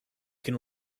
can